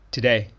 Today